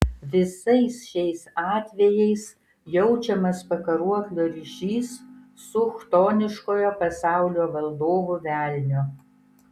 visais šiais atvejais jaučiamas pakaruoklio ryšys su chtoniškojo pasaulio valdovu velniu